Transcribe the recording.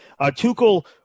Tuchel